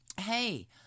hey